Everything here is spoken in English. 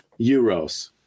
euros